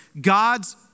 God's